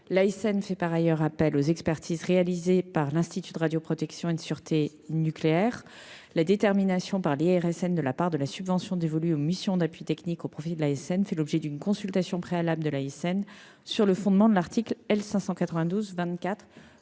L'ASN fait par ailleurs appel aux expertises réalisées par l'Institut de radioprotection et de sûreté nucléaire (IRSN). La détermination par l'IRSN de la part de la subvention dévolue aux missions d'appui technique au profit de l'ASN fait l'objet d'une consultation préalable de cette dernière, sur le fondement de l'article L. 592-24